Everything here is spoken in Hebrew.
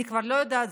ואני כבר לא יודעת,